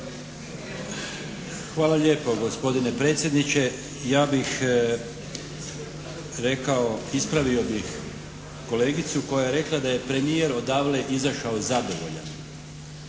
Hvala lijepo gospodine predsjedniče. Ja bih rekao, ispravio bih kolegicu koja je rekla da je premijer odavle izašao zadovoljan.